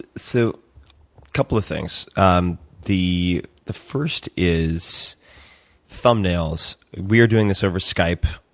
so couple of things. um the the first is thumbnails. we are doing this over skype.